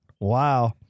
Wow